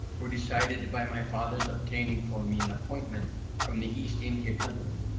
were decided by my father's obtaining for me an appointment from the east india company,